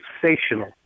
sensational